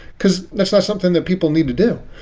because that's not something that people need to do.